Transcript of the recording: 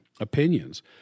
opinions